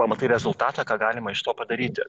pamatai rezultatą ką galima iš to padaryti